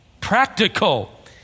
Practical